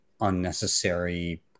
unnecessary